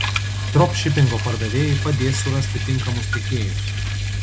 dropšipingo pardavėjai padės surasti tinkamus tiekėjus